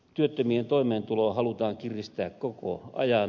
työttömien toimeentuloa halutaan kiristää koko ajan